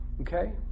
Okay